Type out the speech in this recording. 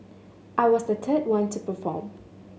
I was the third one to perform